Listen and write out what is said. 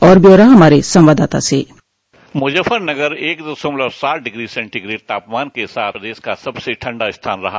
और ब्यौरा हमारे संवाददाता से डिस्पैच मुजफ्फरनगर एक दशमलव सात डिग्री सेंटीग्रेड तापमान के साथ प्रदेश का सबसे ठंडा स्थान रहा